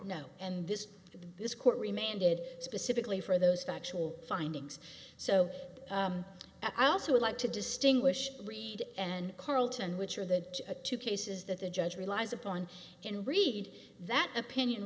know and this this court re mandated specifically for those factual findings so i also would like to distinguish read and carlton which are that a two cases that the judge relies upon can read that opinion